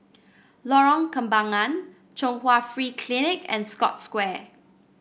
Lorong Kembagan Chung Hwa Free Clinic and Scotts Square